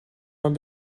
mijn